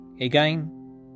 again